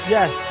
Yes